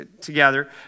together